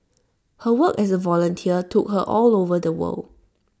her work as A volunteer took her all over the world